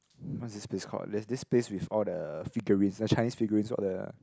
what's this place called there's this place with all the figurines the Chinese figurines all the